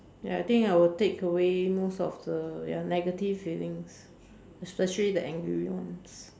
ya I think I will take away most of the ya negative feelings especially the angry ones